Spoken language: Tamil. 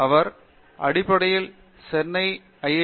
அவர் அடிப்படையில் சென்னை ஐ